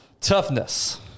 Toughness